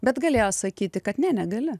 bet galėjo sakyti kad ne negali